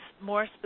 more